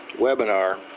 webinar